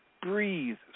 breathe